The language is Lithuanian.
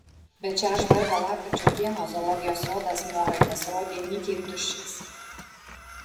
bet šią žvarbią lapkričio dieną zoologijos sodas morai pasirodė nykiai tuščias